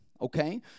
okay